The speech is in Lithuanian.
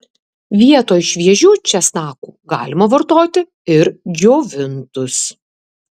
vietoj šviežių česnakų galima vartoti ir džiovintus